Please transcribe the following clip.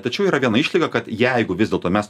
tačiau yra viena išlyga kad jeigu vis dėlto mes